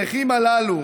הנכים הללו